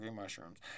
mushrooms